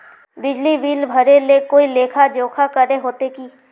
बिजली बिल भरे ले कोई लेखा जोखा करे होते की?